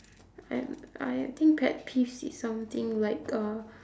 um I think pet peeves is something like uh